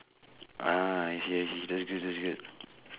ah I see I see that's good that's good